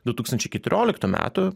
du tūkstančiai keturioliktų metų